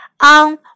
on